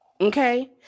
Okay